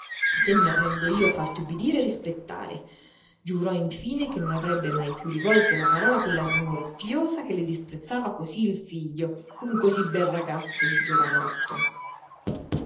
no vengo io a farti ubbidire e rispettare giurò infine che non avrebbe mai più rivolto la parola a quella smorfiosa che le disprezzava così il figlio un così bel pezzo di giovanotto